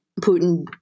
Putin